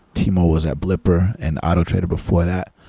timur was at bleeper and autotrader before that.